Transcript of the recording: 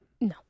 No